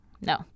no